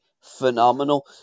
phenomenal